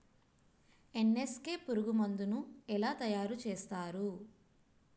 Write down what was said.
NSK పురుగు మందు ను ఎలా తయారు చేస్తారు?